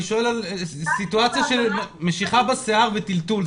אני שואל על סיטואציה של משיכה בשיער וטלטול.